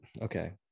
okay